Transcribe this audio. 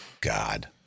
God